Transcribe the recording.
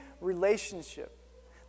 relationship